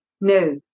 No